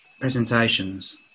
presentations